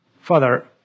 Father